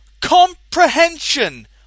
Comprehension